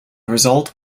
result